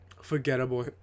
forgettable